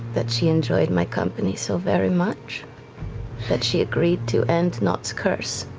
that she enjoyed my company so very much that she agreed to end nott's curse,